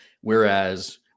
Whereas